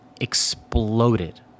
exploded